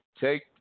Take